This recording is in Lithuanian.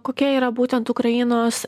kokia yra būtent ukrainos